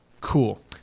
cool